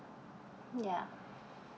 ya